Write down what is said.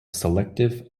selective